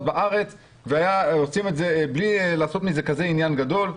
בארץ והיו עושים את זה בלי לעשות מזה עניין גדול כזה.